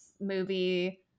movie